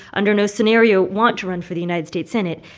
under no scenario, want to run for the united states senate.